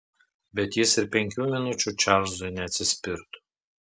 bet jis ir penkių minučių čarlzui neatsispirtų